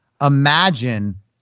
imagine